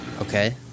Okay